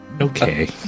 okay